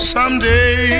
Someday